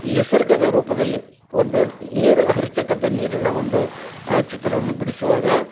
ನಿಸರ್ಗದ ರೂಪದಲ್ಲಿ ಒಂದು ನೀರು ಹರಿಯತಕ್ಕಂಥ ನೀರಿನ ಒಂದು ಚಿತ್ರವನ್ನು ಬಿಡಿಸುವಾಗ